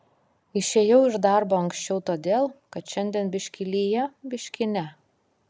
išėjau iš darbo anksčiau todėl kad šiandien biški lyja biški ne